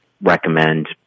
recommend